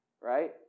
right